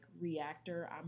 reactor